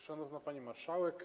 Szanowna Pani Marszałek!